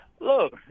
look